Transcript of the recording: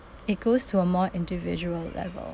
it goes to a more individual level